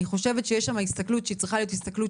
אני חושבת שיש שם הסתכלות שהיא צריכה להיות הסתכלות